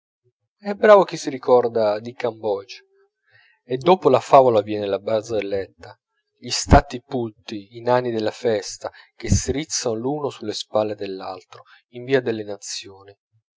è bravo chi si ricorda di cambodge e dopo la favola vien la barzelletta gli stati putti i nani della festa che si rizzano l'uno sulle spalle dell'altro in via delle nazioni